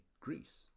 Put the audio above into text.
Greece